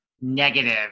negative